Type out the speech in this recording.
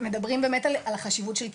מלמדים באמת על החשיבות של קהילה,